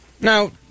Now